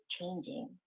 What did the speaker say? changing